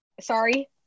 sorry